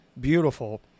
beautiful